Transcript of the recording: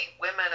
women